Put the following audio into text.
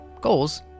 goals